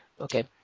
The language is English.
Okay